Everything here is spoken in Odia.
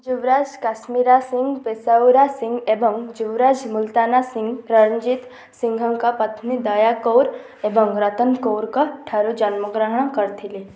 ଯୁବରାଜ କାଶ୍ମୀରା ସିଂହ ପେଶାଉରା ସିଂହ ଏବଂ ଯୁବରାଜ ମୁଲ୍ତାନା ସିଂହ ରଣଜିତ୍ ସିଂହଙ୍କ ପତ୍ନୀ ଦୟା କୌର୍ ଏବଂ ରତନ୍ କୌର୍ଙ୍କ ଠାରୁ ଜନ୍ମଗ୍ରହଣ କରିଥିଲେ